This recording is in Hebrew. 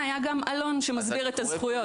חולק גם עלון שמסביר את הזכויות.